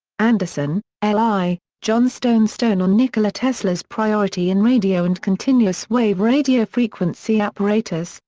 anderson, l i, john stone stone on nikola tesla's priority in radio and continuous-wave radiofrequency apparatus,